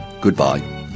goodbye